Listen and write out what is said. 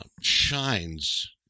shines